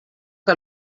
que